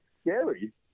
scary